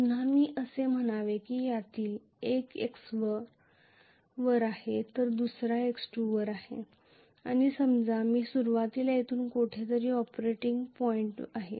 पुन्हा मी असे म्हणावे की त्यातील एक x1 वर आहे तर दुसरा x2 वर आहे आणि समजा मी सुरुवातीला येथून कुठेतरी ऑपरेटिंग पॉईंटवर आहे